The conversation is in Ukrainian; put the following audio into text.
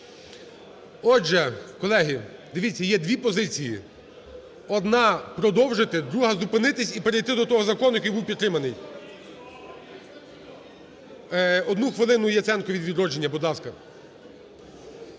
Отже, колеги, дивіться, є дві позиції: одна – продовжити, друга – зупинитися і перейти до того закону, який був підтриманий. Одну хвилину Яценко від "Відродження", будь ласка.